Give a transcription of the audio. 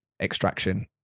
Extraction